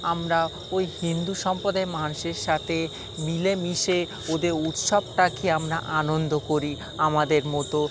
আমরা ওই হিন্দু সম্প্রদায়ের মানুষের সাথে মিলেমিশে ওদের উৎসবটাকে আমরা আনন্দ করি আমাদের মতো